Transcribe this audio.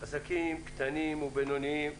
שעסקים קטנים ובינוניים